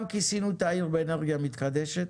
גם כיסינו את העיר באנרגיה מתחדשת,